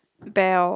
bell